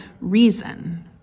reason